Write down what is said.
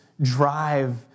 drive